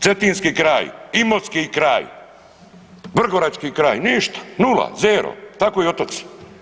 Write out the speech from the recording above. Cetinski kraj, imotski kraj, vrgorački kraj, ništa, nula, zero, tako i otoci.